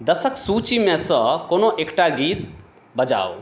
दसक सूचीमे सँ कोनो एकटा गीत बजाउ